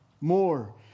more